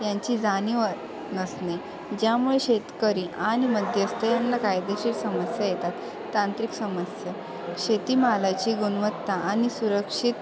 यांची जाणीव नसणे ज्यामुळे शेतकरी आणि मध्यस्थ यांना कायदेशीर समस्या येतात तांत्रिक समस्या शेतीमालाची गुणवत्ता आणि सुरक्षित